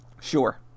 Sure